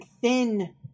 thin